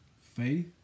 faith